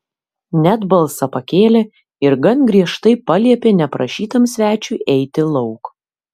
net balsą pakėlė ir gan griežtai paliepė neprašytam svečiui eiti lauk